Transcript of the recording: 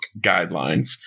guidelines